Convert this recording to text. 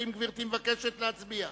האם גברתי מבקשת להצביע?